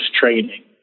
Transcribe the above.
training